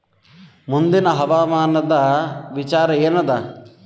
ಮುಂದಿನ ಹವಾಮಾನದ ವಿಚಾರ ಏನದ?